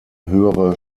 höhere